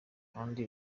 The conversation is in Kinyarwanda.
kandi